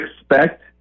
expect